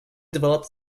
developed